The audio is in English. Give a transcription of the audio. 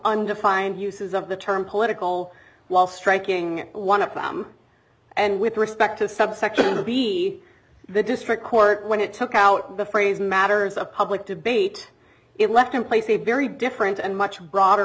undefined uses of the term political while striking one of them and with respect to subsection to be the district court when it took out the phrase matters of public debate it left in place a very different and much broader